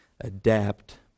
adapt